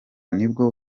nibwo